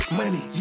money